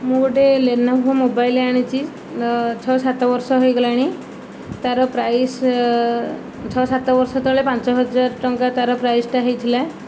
ମୁଁ ଗୋଟେ Lenovo mobile ଆଣିଛି ଛଅ ସାତବର୍ଷ ହୋଇଗଲାଣି ତାର ପ୍ରାଇସ୍ ଛଅ ସାତବର୍ଷ ତଳେ ପାଞ୍ଚହଜାର ଟଙ୍କା ତାର ପ୍ରାଇସ୍ଟା ହୋଇଥିଲା